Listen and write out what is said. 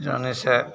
जौन ऐसा